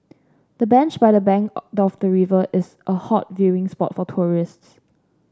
the bench by the bank of the river is a hot viewing spot for tourists